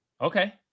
Okay